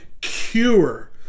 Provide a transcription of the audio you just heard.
cure